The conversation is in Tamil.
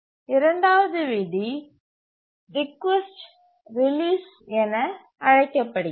இரண்டாவது விதி ரிக்வெஸ்ட் ரிலீஸ் என அழைக்கப்படுகிறது